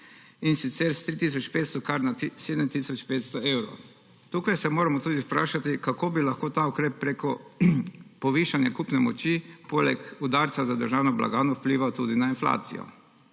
in sicer s 3 tisoč 500 kar na 7 tisoč 500 evrov. Tukaj se moramo vprašati, kako bi lahko ta ukrep preko povišanja kupne moči poleg udarca za državno blagajno vplival tudi na inflacijo.